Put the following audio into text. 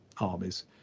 armies